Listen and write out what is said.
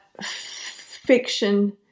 fiction